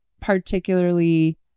particularly